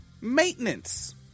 Maintenance